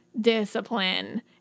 discipline